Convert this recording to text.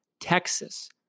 Texas